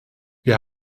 wir